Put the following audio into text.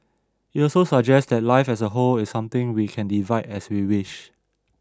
it also suggests that life as a whole is something we can divide as we wish